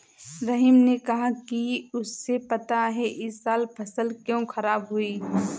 रहीम ने कहा कि उसे पता है इस साल फसल क्यों खराब हुई